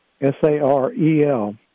S-A-R-E-L